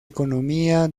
economía